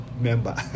member